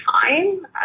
time